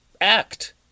act